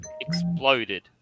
exploded